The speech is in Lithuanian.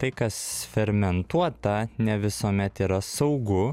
tai kas fermentuota ne visuomet yra saugu